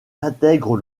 intègre